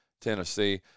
Tennessee